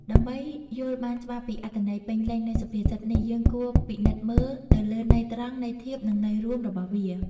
ដើម្បីយល់បានច្បាស់ពីអត្ថន័យពេញលេញនៃសុភាសិតនេះ យើងគួរពិនិត្យមើលទៅលើន័យត្រង់ ន័យធៀប និងន័យរួមរបស់វា។